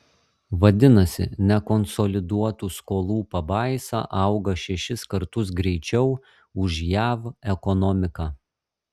vadinasi nekonsoliduotų skolų pabaisa auga šešis kartus greičiau už jav ekonomiką